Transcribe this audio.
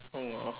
!aww!